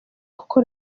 koko